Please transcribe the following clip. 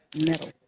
Metal